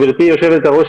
גברתי יושבת-הראש,